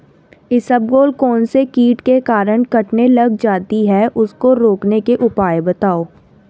इसबगोल कौनसे कीट के कारण कटने लग जाती है उसको रोकने के उपाय बताओ?